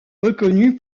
reconnue